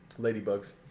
Ladybugs